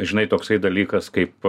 žinai toksai dalykas kaip